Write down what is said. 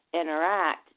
interact